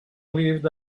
lived